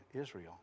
Israel